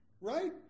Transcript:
Right